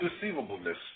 deceivableness